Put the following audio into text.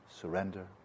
surrender